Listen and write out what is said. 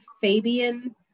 Fabian